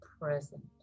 present